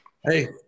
Hey